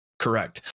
Correct